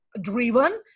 driven